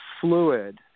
fluid